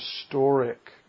historic